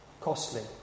Costly